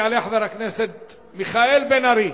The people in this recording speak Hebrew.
יעלה חבר הכנסת מיכאל בן-ארי,